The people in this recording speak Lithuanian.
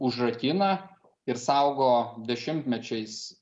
užrakina ir saugo dešimtmečiais